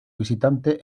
visitante